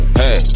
hey